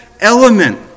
element